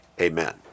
Amen